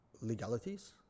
legalities